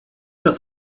das